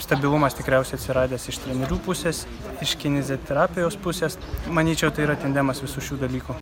stabilumas tikriausiai atsiradęs iš trenerių pusės iš kineziterapijos pusės manyčiau tai yra tandemas visų šių dalykų